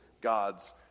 God's